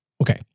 Okay